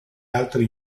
altri